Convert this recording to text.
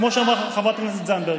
כמו שאמרה חברת הכנסת זנדברג.